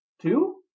two